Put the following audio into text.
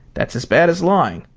that's as bad as lying.